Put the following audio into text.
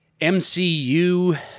MCU